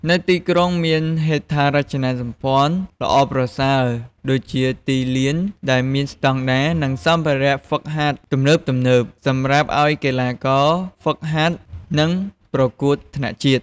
នៅទីក្រុងមាន ហេដ្ឋារចនាសម្ព័ន្ធ ល្អប្រសើរដូចជាទីលានដែលមានស្តង់ដារ និងសម្ភារៈហ្វឹកហាត់ទំនើបៗ សម្រាប់ឱ្យកីទ្បាករហ្វឹកហាត់ និងប្រកួតថ្នាក់ជាតិ។